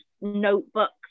notebooks